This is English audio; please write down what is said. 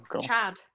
Chad